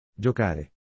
Giocare